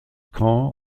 caen